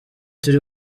turi